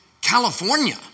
California